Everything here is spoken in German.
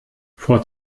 vor